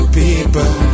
people